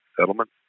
settlement